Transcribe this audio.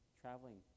traveling